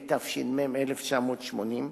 התש"ם 1980,